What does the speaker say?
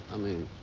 i mean.